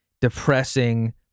depressing